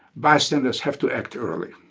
bystanders have to act early